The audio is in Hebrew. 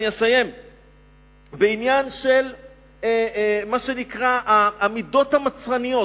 בעניין של מה שנקרא "המידות המצרניות",